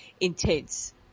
intense